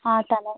ആ തല